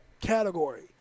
category